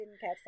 catch